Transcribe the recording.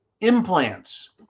implants